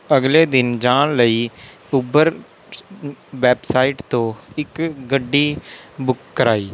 ਅਗਲੇ ਦਿਨ ਜਾਣ ਲਈ ਊਬਰ ਵੈੱਬਸਾਈਟ ਤੋਂ ਇੱਕ ਗੱਡੀ ਬੁੱਕ ਕਰਵਾਈ